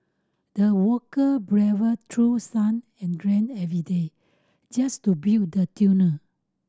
the worker braved through sun and rain every day just to build the tunnel